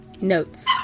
Notes